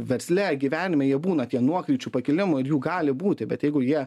versle gyvenime jie būna tie nuokričių pakilimų ir jų gali būti bet jeigu jie